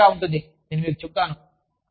ఇది సరదాగా ఉంటుంది నేను మీకు చెప్తున్నాను